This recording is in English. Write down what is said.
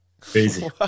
Crazy